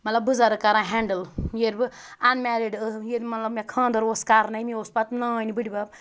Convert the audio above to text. مَطلَب بٕزَرٕگ کَران ہینٛڈٕل ییٚلہِ بہٕ اَنمیرِٕیٖڈ ٲسٕس ییٚلہِ مَطلَب مےٚ خانٛدَر اوس کَرنٕے مےٚ اوس پَتہٕ نانۍ بٕڈبَب